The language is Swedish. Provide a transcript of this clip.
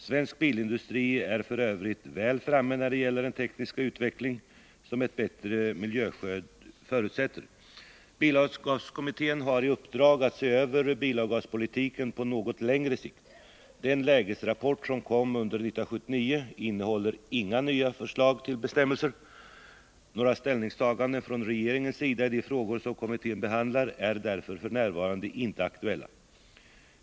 Svensk bilindustri är f. ö. väl framme när det gäller den tekniska utveckling som ett bättre miljöskydd förutsätter. Bilavgaskommittén har i uppdrag att se över bilavgaspolitiken på något längre sikt. Den lägesrapport som kom under år 1979 innehåller inga förslag till nya bestämmelser. Några ställningstaganden från regeringens sida i de frågor som kommittén behandlar är därför f. n. inte aktuella.